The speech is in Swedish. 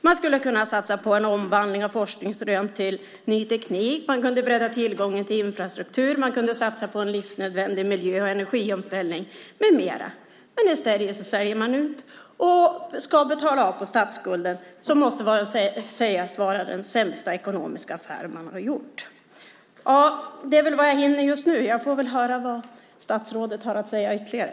Man skulle ha kunnat satsa på en omvandling av forskningsrön till ny teknik, man kunde ha breddat tillgången till infrastruktur, man kunde ha satsat på en livsnödvändig miljö och energiomställning med mera. Men i stället säljer man ut och ska betala av på statsskulden, som måste sägas vara den sämsta ekonomiska affär man har gjort. Det här är vad jag hinner med just nu. Jag får väl höra vad statsrådet har att säga ytterligare.